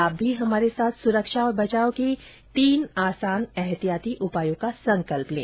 आप भी हमारे साथ सुरक्षा और बचाव के तीन आसान एहतियाती उपायों का संकल्प लें